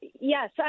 yes